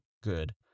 good